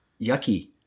Yucky